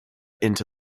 into